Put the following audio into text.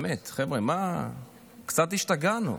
באמת, חבר'ה, קצת השתגענו.